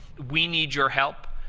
we need your help.